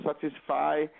satisfy